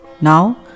Now